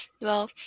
Well